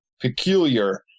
peculiar